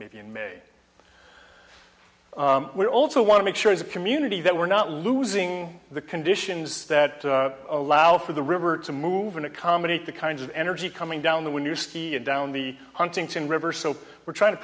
maybe in may we also want to make sure as a community that we're not losing the conditions that allow for the river to move and accommodate the kinds of energy coming down the when you ski and down the huntington river so we're trying to